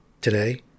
Today